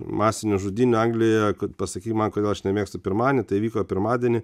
masinių žudynių anglijoje kad pasakei man kodėl aš nemėgstu pirmadienių tai įvyko pirmadienį